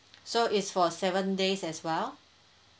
so is for seven days as well